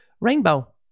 rainbow